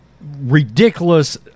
ridiculous